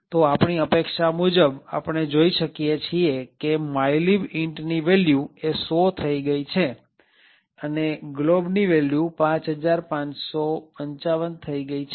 તો આપણી અપેક્ષા મુજબ જોઈ શકીએ છીએ કે mylib intની વેલ્યુ ૧૦૦ થઇ ગઈ છે અને globની વેલ્યુ ૫૫૫૫ થઇ ગઈ છે